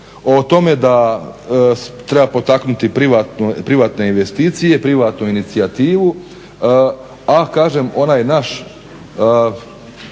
o tome da treba potaknuti privatne investicije, privatnu inicijativu. A kažem onaj naš